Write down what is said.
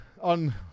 on